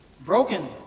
Broken